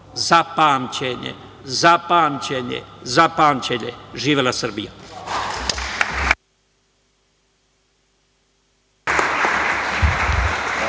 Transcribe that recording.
za pamćenje, za pamćenje, za pamćenje. Živela Srbija.